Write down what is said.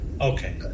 Okay